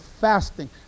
fasting